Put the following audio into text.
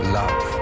love